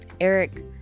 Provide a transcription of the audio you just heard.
Eric